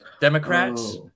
Democrats